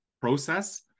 process